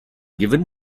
given